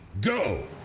go